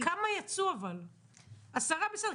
עשרה, בסדר.